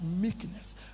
meekness